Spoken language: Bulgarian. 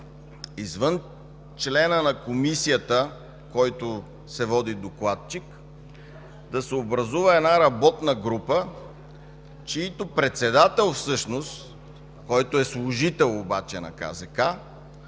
извън члена на Комисията, който се води докладчик, да се образува една работна група, чийто председател всъщност, който е служител обаче на КЗК,